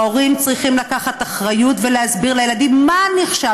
ההורים צריכים לקחת אחריות ולהסביר לילדים מה נחשב